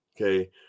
Okay